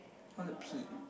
I want to pee